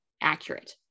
accurate